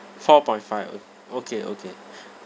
four point five oo okay okay